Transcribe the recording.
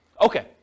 Okay